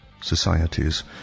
societies